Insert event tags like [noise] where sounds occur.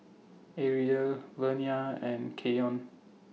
Areli Vernia and Keyon [noise]